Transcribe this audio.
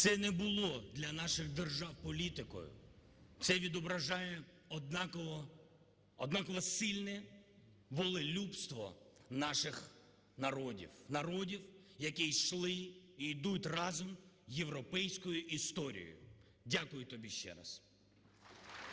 Це не було для наших держав політикою. Це відображає однаково... однаково сильне волелюбство наших народів, народів, які йшли і ідуть разом європейською історією. Дякую тобі ще раз.